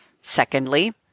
secondly